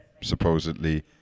supposedly